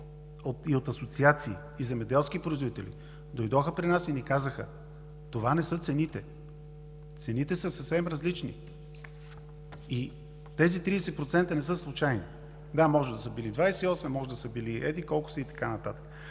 от асоциациите и земеделските производители дойдоха при нас и ни казаха: „Това не са цените. Цените са съвсем различни.“ Тези тридесет процента не са случайни. Може да са били 28%, може да са били еди-колко си и така нататък.